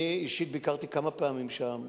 אני אישית ביקרתי כמה פעמים שם.